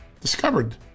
discovered